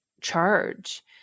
charge